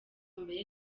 mbere